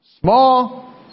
Small